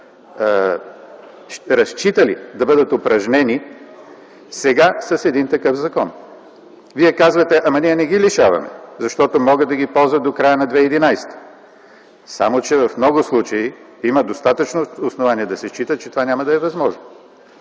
разчитали да бъдат упражнени, сега с един такъв закон? Вие казвате: ама, ние не ги лишаваме, защото могат да ги ползват до края на 2011 г. Само че в много случаи има достатъчно основания да се счита, че това няма да е възможно.